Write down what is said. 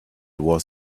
was